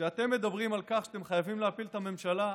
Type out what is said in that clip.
כשאתם מדברים על כך שאתם חייבים להפיל את הממשלה,